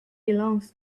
belongs